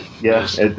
Yes